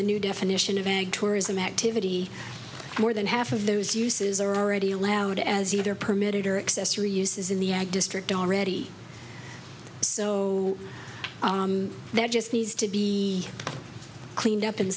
the new definition of ag tourism activity more than half of those uses are already allowed as either permitted or access reuses in the ag district already so there just needs to be cleaned up in